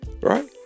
Right